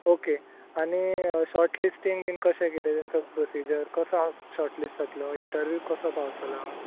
okay आनी shortlisting कशें कितें तेंचो प्रोसिजर कसो आसता शॉर्टलिस्टांतलो इंटरवीवाक कसो पावतलो हांव